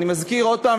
אני מזכיר עוד פעם,